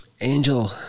Angel